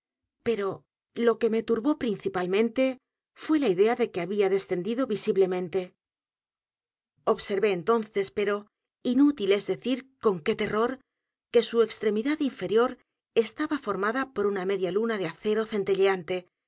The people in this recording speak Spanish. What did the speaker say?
pero lo que me turbó principalmente fué la idea de que había descendido visiblemente observé entonces pero inútil es decir con qué terror que su extremidad inferior estaba formada por una media luna de acero centelleante